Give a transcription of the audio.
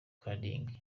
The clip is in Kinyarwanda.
kuding